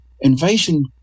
invasion